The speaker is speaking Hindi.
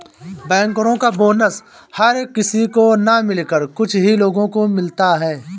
बैंकरो का बोनस हर किसी को न मिलकर कुछ ही लोगो को मिलता है